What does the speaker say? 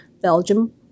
Belgium